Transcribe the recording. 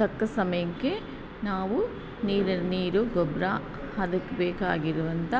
ತಕ್ಕ ಸಮಯಕ್ಕೆ ನಾವು ನೀರು ನೀರು ಗೊಬ್ಬರ ಅದಕ್ಕೆ ಬೇಕಾಗಿರುವಂಥ